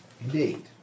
Indeed